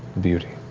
beauty.